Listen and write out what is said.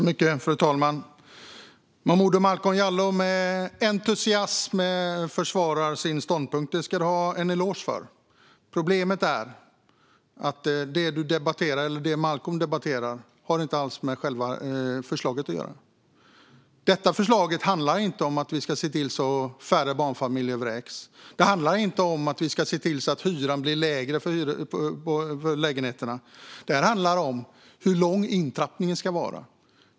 Fru talman! Momodou Malcolm Jallow försvarar sin ståndpunkt med entusiasm, och det ska han ha en eloge för. Problemet är dock att det han debatterar har inget med dagens förslag att göra. Det här förslaget handlar inte om att se till att färre barnfamiljer vräks eller att hyran blir lägre utan om hur lång intrappningen ska vara.